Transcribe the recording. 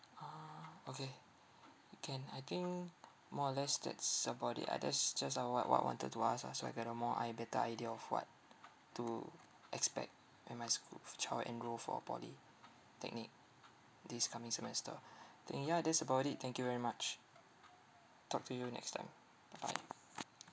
ah okay can I think more or less that's about it ah just just uh what what I wanted to ask ah so I get a more i~ better idea of what to expect at my schoo~ f~ child enrol for polytechnic this coming semester I think ya that's about it thank you very much talk to you next time bye bye